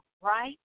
right